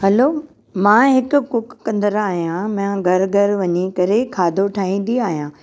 hello मां हिकु कुक कंदड़ु आहियां मां घरु घरु वञी करे खाधो ठाहिंदी आहियां